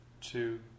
two